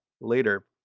later